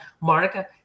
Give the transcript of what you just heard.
Monica